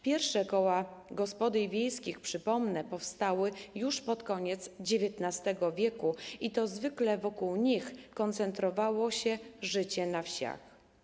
Pierwsze koła gospodyń wiejskich, przypomnę, powstały już pod koniec XIX w. i to zwykle wokół nich koncentrowało się życie na wsiach.